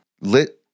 Lit